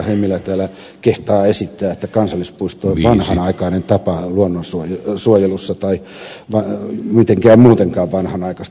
hemmilä täällä kehtaa esittää että kansallispuisto on vanhanaikainen tapa luonnonsuojelussa tai jotenkin muutenkin vanhanaikaista